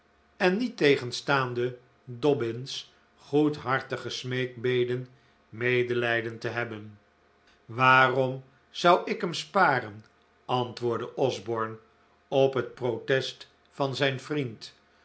en niettegenstaande dobbin's goedhartige smeekbeden medelijden te hebben waarom zou ik hem sparen antwoordde osborne op het protest van zijn vriend